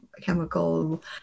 chemical